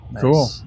Cool